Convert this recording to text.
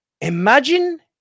Imagine